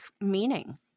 meaning